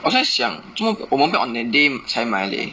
我在想做么我们不要 on that day 才买 leh